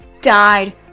died